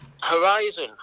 Horizon